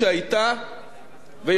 יושב-ראש ועדת הכספים